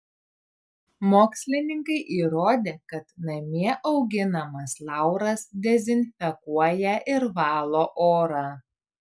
mokslininkai įrodė kad namie auginamas lauras dezinfekuoja ir valo orą